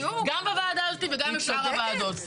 גם בוועדה הזאת וגם בשאר הוועדות.